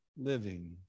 Living